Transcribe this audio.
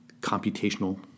computational